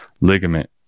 ligament